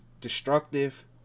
destructive